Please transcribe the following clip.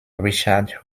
richard